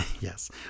Yes